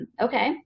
okay